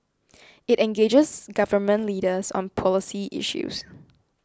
it engages Government Leaders on policy issues